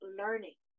learning